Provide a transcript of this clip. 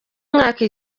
mwaka